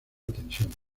tensión